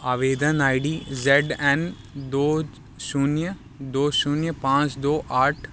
आवेदन I D Z N दो शून्य दो शून्य पाँच दो आठ